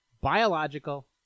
biological